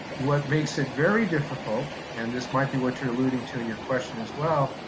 what makes it very difficult, and this might be what you're alluding to in your question as well,